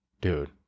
dude